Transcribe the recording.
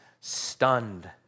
stunned